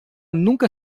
nunca